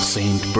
Saint